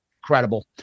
incredible